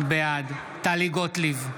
בעד טלי גוטליב,